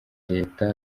leta